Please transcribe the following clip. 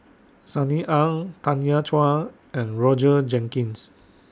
Sunny Ang Tanya Chua and Roger Jenkins